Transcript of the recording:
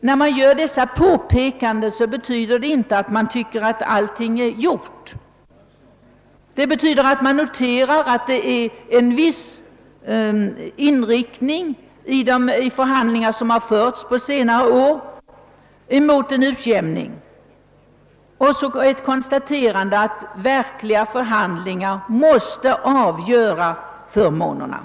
Att man gör dessa påpekanden betyder inte att man tycker att allting är gjort — det betyder att man noterar en viss inriktning i förhandlingar som har förts på senare år mot en utjämning och ett konstaterande att förmånerna måste bestämmas genom verkliga förhandlingar.